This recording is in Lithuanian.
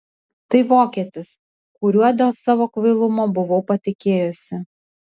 tai vokietis kuriuo dėl savo kvailumo buvau patikėjusi